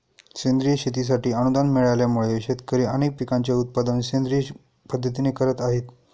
सेंद्रिय शेतीसाठी अनुदान मिळाल्यामुळे, शेतकरी अनेक पिकांचे उत्पादन सेंद्रिय पद्धतीने करत आहेत